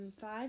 Five